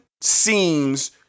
seems